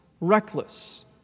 reckless